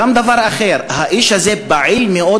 וכן דבר אחר, האיש הזה פעיל מאוד